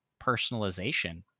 personalization